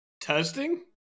testing